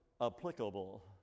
applicable